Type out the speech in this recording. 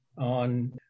on